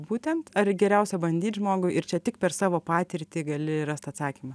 būtent ar geriausia bandyt žmogui ir čia tik per savo patirtį gali rast atsakymą